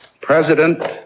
president